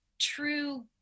true